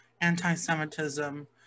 anti-Semitism